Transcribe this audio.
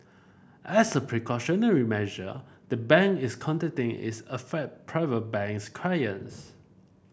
as a precautionary measure the bank is contacting its affect Private Banks clients